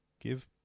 give